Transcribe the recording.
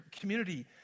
Community